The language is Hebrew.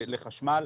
לחשמל.